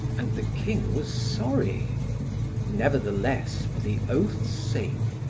and the king was sorry nevertheless, for the oath's sake,